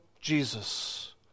Jesus